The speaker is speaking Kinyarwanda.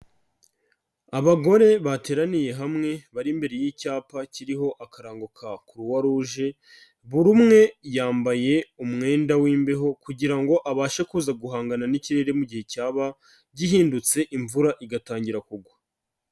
Abagore bateraniye hamwe bari imbere y'icyapa kiriho akarango ka Croix Rouge, buri umwe yambaye umwenda w'imbeho kugira ngo abashe kuza guhangana n'ikirere mu gihe cyaba gihindutse, imvura igatangira kugwa.